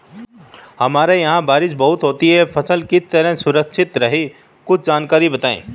हमारे यहाँ बारिश बहुत होती है फसल किस तरह सुरक्षित रहे कुछ जानकारी बताएं?